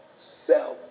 self